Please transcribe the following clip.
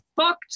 fucked